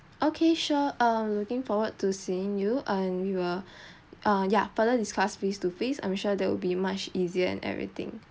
okay sure um looking forward to seeing you and we will uh ya further discuss face to face I'm sure that will be much easier and everything